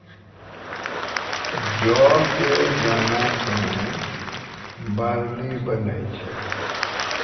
जौ कॅ दाना सॅ बार्ली बनै छै